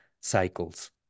cycles